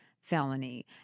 felony